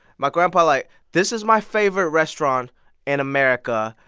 my grandpa, like this is my favorite restaurant in america.